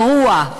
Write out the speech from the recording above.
גרוע,